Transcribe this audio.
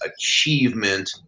achievement